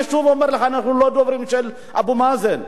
אני שוב אומר לך שאנחנו לא דוברים של אבו מאזן,